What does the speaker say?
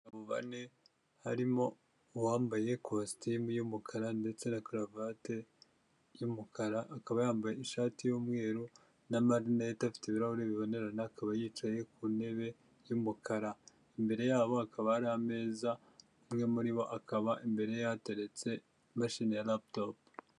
Bane harimo uwambaye kositimu y'umukara ndetse na karavati y'umukara, akaba yambaye ishati y'umweru n'amarineti afite ibirahuri bibonerana, akaba yicaye ku ntebe y'umukara, imbere yabo akaba hari ameza, umwe muri bo akaba imbere ye hateretse imashini ya laputopu.